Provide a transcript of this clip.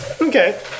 Okay